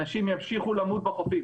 אנשים ימשיכו למות בחופים